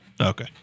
Okay